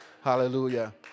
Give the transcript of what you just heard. Hallelujah